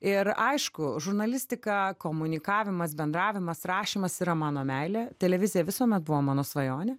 ir aišku žurnalistika komunikavimas bendravimas rašymas yra mano meilė televizija visuomet buvo mano svajonė